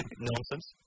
Nonsense